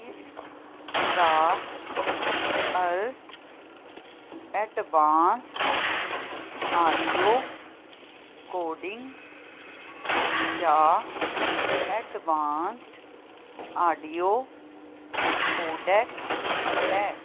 ਇਸ ਦਾ ਅਰਥ ਐਡਵਾਂਸਡ ਆਡੀਓ ਕੋਡਿੰਗ ਜਾਂ ਐਡਵਾਂਸਡ ਆਡੀਓ ਕੋਡੈਕ ਹੈ